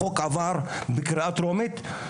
החוק עבר בקריאה טרומית.